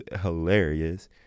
hilarious